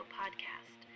podcast